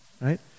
right